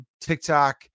TikTok